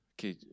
Okay